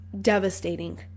devastating